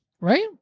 Right